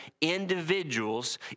individuals